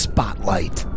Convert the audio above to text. Spotlight